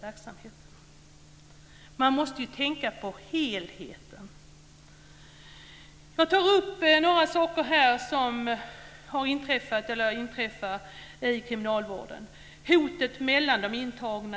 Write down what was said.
verksamheten. Man måste ju tänka på helheten. Jag tog upp några saker här som har inträffat eller inträffar i kriminalvården. Det gäller hoten mellan de intagna.